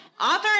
Author